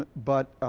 but but